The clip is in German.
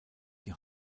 die